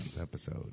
episode